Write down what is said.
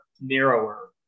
narrower